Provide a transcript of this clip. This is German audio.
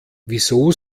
wieso